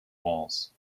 walls